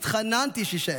התחננתי שיישאר,